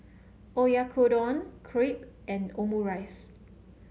Oyakodon Crepe and Omurice